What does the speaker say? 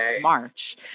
March